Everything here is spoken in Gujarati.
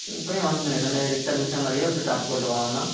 કઈ વાંધો નહીં તમે રીક્ષા બીક્ષામાં લઇ આવજો ટ્રાન્સપોર્ટવાળામાં